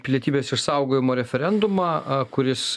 pilietybės išsaugojimo referendumą kuris